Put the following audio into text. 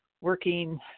working